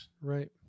Right